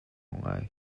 ngai